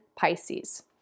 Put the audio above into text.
Pisces